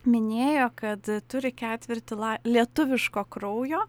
minėjo kad turi ketvirtį la lietuviško kraujo